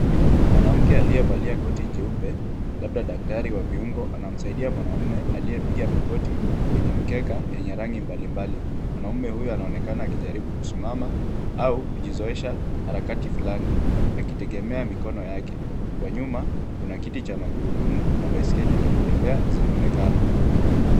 Mwanamke aliyevalia koti jeupe labda daktari wa viungo anamsaidia mwanaume aliyepiga magoti kwenye mkeka yenye rangi mbalimbali. Mwanaume huyu anaonekana akijaribu kusimama au kujizoesha harakati fulani akitegemea mikono yake. Kwa nyuma kuna kiti cha magurudumu na baiskeli za kutembea zinaonekana.